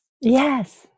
Yes